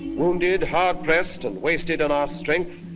wounded, hard-pressed, and wasted on our strength,